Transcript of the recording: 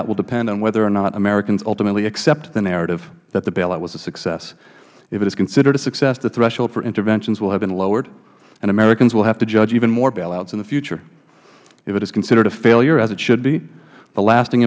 bailout will depend on whether or not americans ultimately accept the narrative that the bailout was a success if it is considered a success the threshold for interventions will have been lowered and americans will have to judge even more bailouts in the future if it is considered a failure as it should be the last